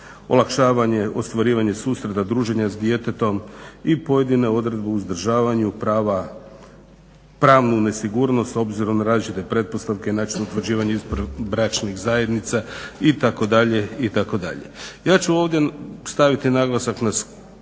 olakšavanje, ostvarivanje susreta druženja s djetetom i pojedine odredbe u uzdržavanju prava, pravnu nesigurnost s obzirom na različite pretpostavke, način utvrđivanja izvan bračnih zajednica i tako dalje, i tako dalje. Ja ću ovdje staviti naglasak na skrb